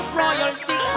royalty